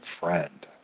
friend